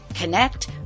connect